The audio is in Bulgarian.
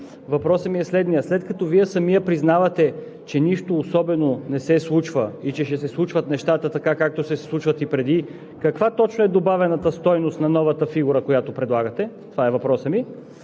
Въпросът ми е следният: след като Вие самият признавате, че нищо особено не се случва и че ще се случват нещата така, както са се случвали и преди, каква точно е добавената стойност на новата фигура, която предлагате? Това е въпросът ми.